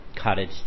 cottage